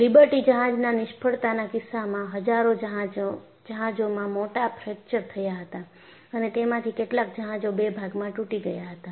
liberty જહાજના નિષ્ફળતાના કિસ્સામાં હજારો જહાજોમાં મોટા ફ્રેક્ચર થયા હતા અને તેમાંથી કેટલાક જહાજો બે ભાગમાં તૂટી ગયા હતા